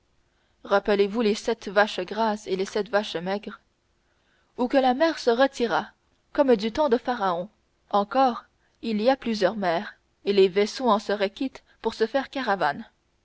rappelez-vous les sept vaches grasses et les sept vaches maigres ou que la mer se retirât comme du temps de pharaon encore il y a plusieurs mers et les vaisseaux en seraient quittes pour se faire caravanes